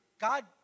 God